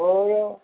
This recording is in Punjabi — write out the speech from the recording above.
ਹੋਰ